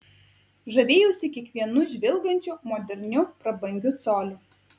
žavėjausi kiekvienu žvilgančiu moderniu prabangiu coliu